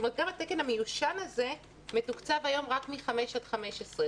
גם התקן המיושן הזה מתוקצב היום רק מ-5 עד 15,